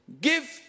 Give